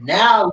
now